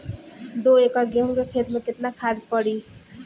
दो एकड़ गेहूँ के खेत मे केतना खाद पड़ी?